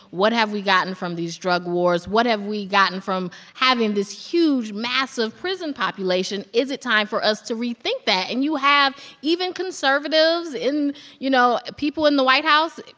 what have we gotten from these drug wars? what have we gotten from having this huge, massive prison population? is it time for us to rethink that? and you have even conservatives, you know, people in the white house,